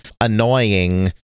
annoying